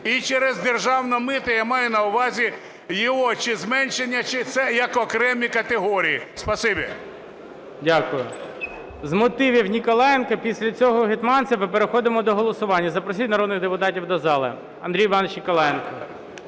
і через державне мито, я маю на увазі, його чи зменшення чи це як окремі категорії. Спасибі. ГОЛОВУЮЧИЙ. Дякую. З мотивів – Ніколаєнко. Після цього – Гетманцев, і переходимо до голосування. Запросіть народних депутатів до зали. Андрій Іванович Ніколаєнко.